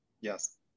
yes